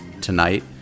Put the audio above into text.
tonight